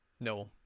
No